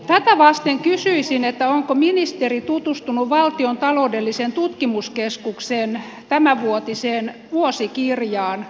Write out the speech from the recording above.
tätä vasten kysyisin onko ministeri tutustunut valtion taloudellisen tutkimuskeskuksen tämänvuotiseen vuosikirjaan kuntauudistuksesta